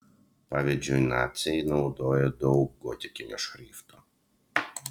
pavyzdžiui naciai naudojo daug gotikinio šrifto